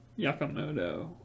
Yakamoto